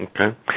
Okay